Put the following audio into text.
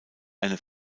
eine